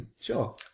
Sure